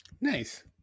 Nice